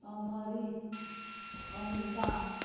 अमरीत अमरिता